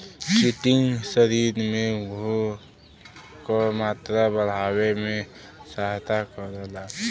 chitin शरीर में घोल क मात्रा बढ़ावे में सहायता करला